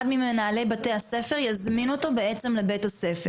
ממנהלי בתי הספר יזמין אותו בעצם לבית הספר.